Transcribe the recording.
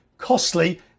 costly